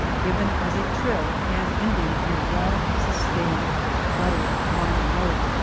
given as a trill and ending in a long-sustained guttural minor note,